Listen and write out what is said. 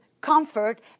Comfort